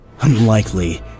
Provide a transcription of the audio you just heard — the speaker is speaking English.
Unlikely